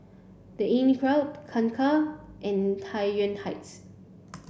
the Inncrowd Kangkar and Tai Yuan Heights